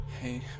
hey